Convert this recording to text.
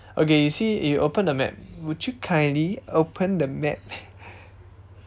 okay you see you open the map would you kindly open the map